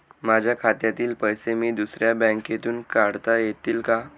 माझ्या खात्यातील पैसे मी दुसऱ्या बँकेतून काढता येतील का?